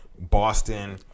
Boston –